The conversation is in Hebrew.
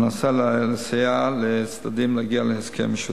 המנסה לסייע לצדדים להגיע להסכם משותף.